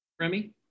Remy